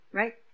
right